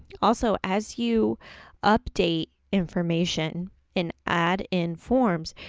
also, as you update information in add in forms,